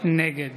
נגד